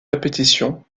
répétitions